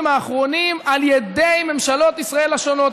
האחרונים על ידי ממשלות ישראל השונות.